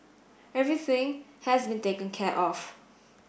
everything has been taken care of